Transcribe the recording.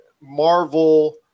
Marvel